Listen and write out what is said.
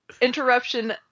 Interruption